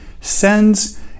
sends